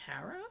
Tara